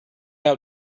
out